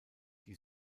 die